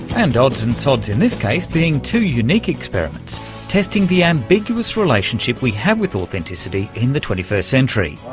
and odds and sods in this case being two unique experiments testing the ambiguous relationship we have with authenticity in the twenty first century.